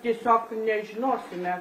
tiesiog nežinosime